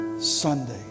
Sunday